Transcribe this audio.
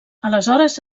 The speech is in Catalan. aleshores